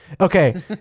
okay